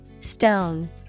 Stone